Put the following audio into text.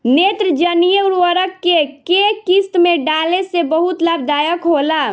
नेत्रजनीय उर्वरक के केय किस्त में डाले से बहुत लाभदायक होला?